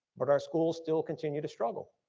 but our schools still continue to struggle.